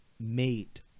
mate